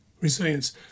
Resilience